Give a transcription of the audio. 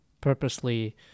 purposely